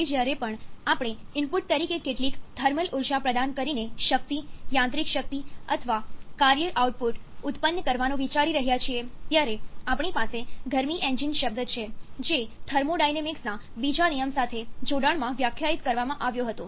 હવે જ્યારે પણ આપણે ઇનપુટ તરીકે કેટલીક થર્મલ ઉર્જા પ્રદાન કરીને શક્તિ યાંત્રિક શક્તિ અથવા કાર્ય આઉટપુટ ઉત્પન્ન કરવાનું વિચારી રહ્યા છીએ ત્યારે આપણી પાસે ગરમી એન્જિન શબ્દ છે જે થર્મોડાયનેમિક્સના બીજા નિયમ સાથે જોડાણમાં વ્યાખ્યાયિત કરવામાં આવ્યો હતો